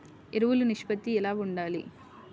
ఎరువులు నిష్పత్తి ఎలా ఉండాలి?